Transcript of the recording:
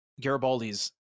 Garibaldi's